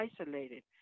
isolated